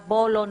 בואו לא ניתמם,